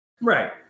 Right